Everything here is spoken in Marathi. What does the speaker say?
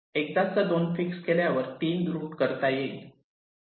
एकदाचा 2 फिक्स केल्यावर 3 रूट करता येईल येईल